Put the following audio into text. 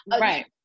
Right